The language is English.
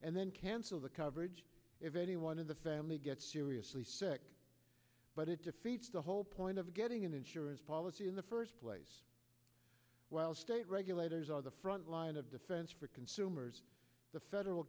and then cancel the coverage if anyone in the family gets seriously sick but it defeats the whole point of getting an insurance policy in the first place while state regulators are the front line of defense for consumers the federal